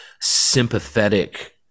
sympathetic